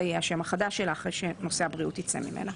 שזה יהיה השם החדש שלה אחרי שנושא הבריאות יצא ממנה.